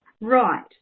Right